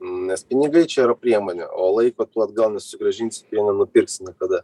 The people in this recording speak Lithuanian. nes pinigai čia yra priemonė o laiko tu atgal nesusigrąžinsi tu jo nenupirksi niekada